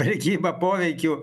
prekyba poveikiu